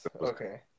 okay